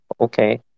Okay